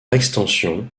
extension